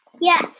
Yes